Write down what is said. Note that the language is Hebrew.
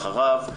אחריו,